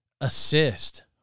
assist